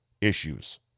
issues